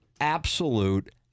Absolute